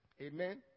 Amen